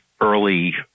early